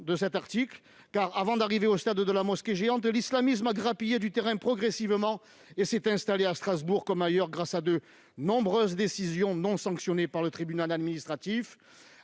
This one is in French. de cet article. En effet, avant d'arriver au stade de la mosquée géante, l'islamisme a progressivement grappillé du terrain et s'est installé à Strasbourg, comme ailleurs, grâce à de nombreuses décisions non sanctionnées par le tribunal administratif.